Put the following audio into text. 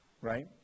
right